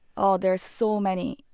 oh, there's so many.